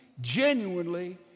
genuinely